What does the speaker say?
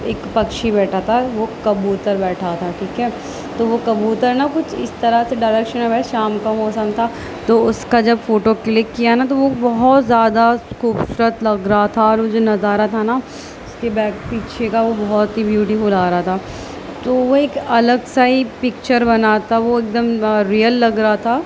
ایک پکشی بیٹھا تھا وہ کبوتر بیٹھا تھا ٹیک ہے تو وہ کبوتر نا کچھ اس طرح سے ڈائریکشن میں شام کا موسم تھا تو اس کا جب فوٹو کلک کیا نا تو وہ بہت زیادہ خوبصورت لگ رہا تھا اور وہ جو نظارہ تھا نا اس کے بیک پیچھے کا وہ بہت ہی بیوٹیفل آ رہا تھا تو وہ ایک الگ سا ہی پکچر بنا تھا وہ ایک دم ریئل لگ رہا تھا